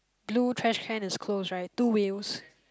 blue trash can is closed right two wheels